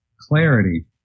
clarity